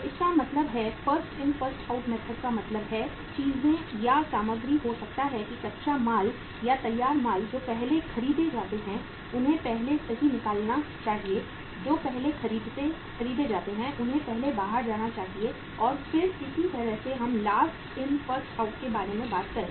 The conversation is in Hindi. तो इसका मतलब है first in first out method का मतलब है चीजें या सामग्री हो सकता है कि कच्चा माल या तैयार माल जो पहले खरीदे जाते हैं उन्हें पहले सही निकलना चाहिए जो पहले खरीदे जाते हैं उन्हें पहले बाहर जाना चाहिए और फिर इसी तरह से हम लास्ट इन फर्स्ट आउट के बारे में बात करें